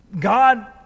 God